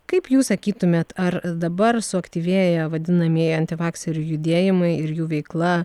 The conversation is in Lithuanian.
kaip jūs sakytumėt ar dabar suaktyvėję vadinamieji antivakserių judėjimai ir jų veikla